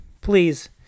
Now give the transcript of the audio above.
please